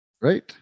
Right